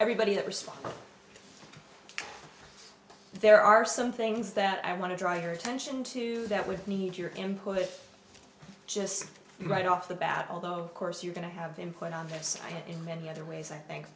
everybody that response there are some things that i want to draw your attention to that we need your input just right off the bat although of course you're going to have input on this in many other ways i think